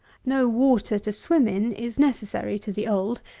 no water, to swim in, is necessary to the old,